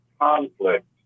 Conflict